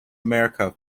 america